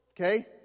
okay